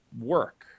work